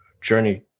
journey